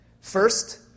First